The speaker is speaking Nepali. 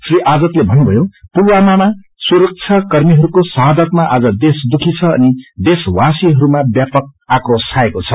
श्री आजादले भन्नुभयो पुलवामामा सुरक्षाकर्मीहरूको श्हादमा आज देश दुःखी छ अनि देशवासीहरूमा व्यापक आक्रोश छाएको छ